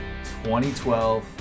2012